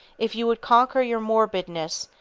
if you would conquer your morbidness,